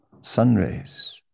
sunrays